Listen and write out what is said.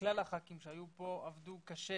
שכלל הח"כים שהיו פה עבדו קשה